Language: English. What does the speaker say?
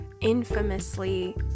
infamously